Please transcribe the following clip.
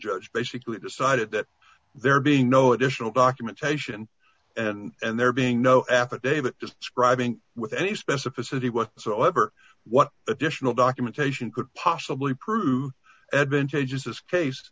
judge basically decided that there being no additional documentation and there being no affidavit describing with any specificity what so ever what additional documentation could possibly prove advantages this case